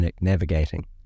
navigating